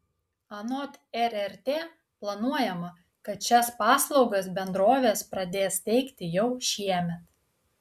anot rrt planuojama kad šias paslaugas bendrovės pradės teikti jau šiemet